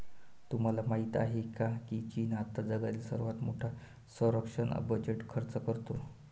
तुम्हाला माहिती आहे का की चीन आता जगातील सर्वात मोठा संरक्षण बजेट खर्च करतो?